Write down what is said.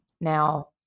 Now